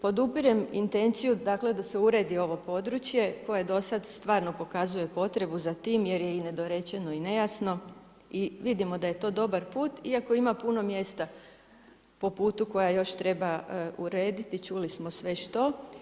Podupirem intenciju dakle, da se uredi ovo područje koje je dosad stvarno pokazuje potrebu za tim jer je i nedorečeno i nejasno i vidimo da je to dobar put iako ima puno mjesta po putu koja još treba urediti, čuli smo sve što.